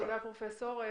תודה, פרופ' שפירא.